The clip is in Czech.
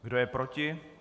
Kdo je proti?